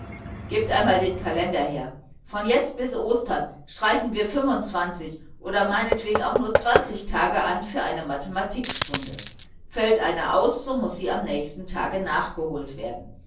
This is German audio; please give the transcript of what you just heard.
gebt einmal den kalender her von jetzt bis ostern streichen wir fünfundzwanzig oder meinetwegen auch nur zwanzig tage an für eine mathematikstunde fällt eine aus so muß sie am nächsten tag nachgeholt werden